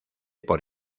por